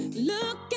look